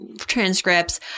transcripts